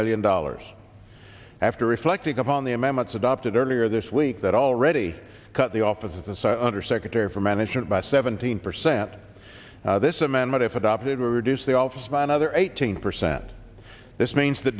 million dollars after reflecting upon the amendments adopted earlier this week that already cut the office of the site undersecretary for management by seventeen percent this amendment if adopted reduce the office by another eighteen percent this means th